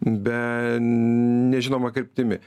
be n nežinoma kryptimi